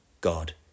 God